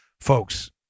folks